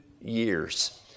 years